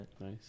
Nice